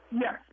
Yes